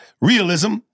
realism